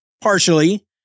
partially